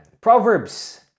Proverbs